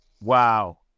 Wow